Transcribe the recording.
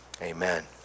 Amen